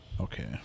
Okay